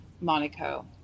Monaco